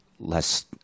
less